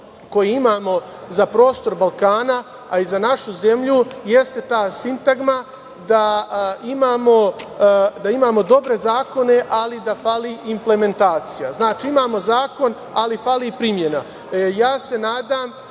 koji imamo za prostor Balkana, a i za našu zemlju, jeste ta sintagma da imamo dobre zakone, ali da fali implementacija. Znači, imamo zakon, ali fali implementacija. Znači,